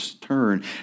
turn